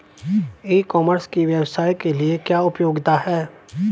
ई commerce की व्यवसाय के लिए क्या उपयोगिता है?